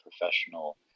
professional